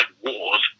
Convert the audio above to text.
wars